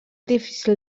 difícil